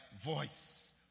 voice